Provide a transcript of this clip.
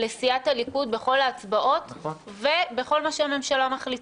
לסיעת הליכוד בכל ההצבעות ובכל מה שהממשלה מחליטה.